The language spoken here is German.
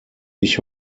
ich